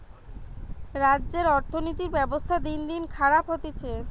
আমাদের রাজ্যের অর্থনীতির ব্যবস্থা দিনদিন খারাপ হতিছে